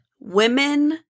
women